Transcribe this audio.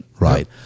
right